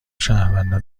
شهروندان